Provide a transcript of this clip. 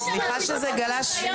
סליחה שזה גלש.